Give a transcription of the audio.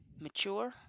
mature